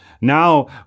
Now